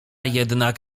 jednak